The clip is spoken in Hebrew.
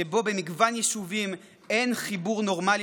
שבו במגוון יישובים אין חיבור נורמלי